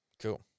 Cool